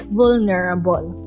vulnerable